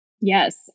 Yes